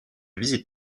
visite